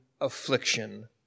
affliction